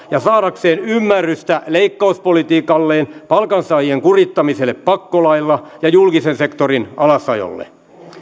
ja saadakseen ymmärrystä leikkauspolitiikalleen palkansaajien kurittamiselle pakkolaeilla ja julkisen sektorin alasajolle